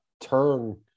turn